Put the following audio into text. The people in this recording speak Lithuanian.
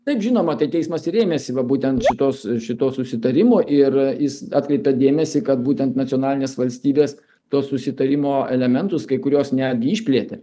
taip žinoma tai teismas ir rėmėsi va būtent šitos šituo susitarimu ir jis atkreipia dėmesį kad būtent nacionalinės valstybės to susitarimo elementus kai kuriuos netgi išplėtė